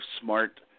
smart –